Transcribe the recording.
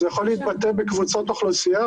זה יכול להתבטא בקבוצות אוכלוסייה,